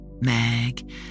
Meg